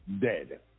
dead